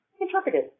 interpreted